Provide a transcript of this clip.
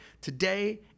today